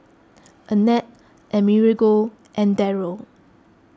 Annette Amerigo and Daryl